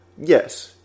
Yes